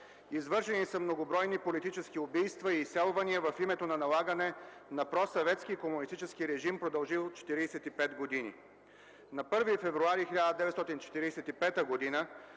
извършени са многобройни политически убийства и изселвания в името на налагане на просъветски комунистически режим, продължил 45 години. На 1 февруари 1945 г.